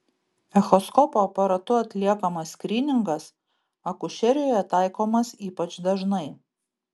echoskopo aparatu atliekamas skryningas akušerijoje taikomas ypač dažnai